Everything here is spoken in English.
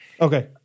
Okay